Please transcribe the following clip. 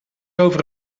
over